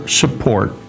support